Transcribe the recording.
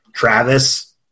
Travis